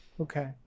Okay